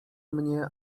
mnie